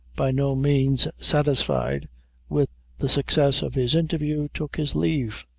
by no means satisfied with the success of his interview, took his leave.